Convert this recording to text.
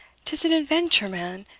tis an adventure, man,